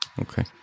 Okay